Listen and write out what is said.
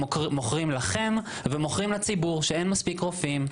מוכרים לכם ומוכרים לציבור: אין מספיק רופאים.